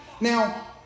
now